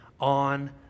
on